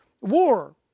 war